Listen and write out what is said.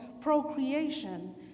procreation